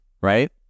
right